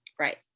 Right